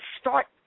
start